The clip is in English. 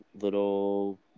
little